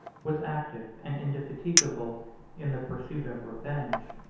was active and indefatigable in the pursuit of revenge.